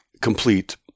complete